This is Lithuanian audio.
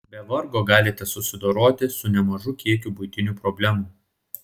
be vargo galite susidoroti su nemažu kiekiu buitinių problemų